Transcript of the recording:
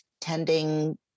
tending